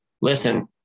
listen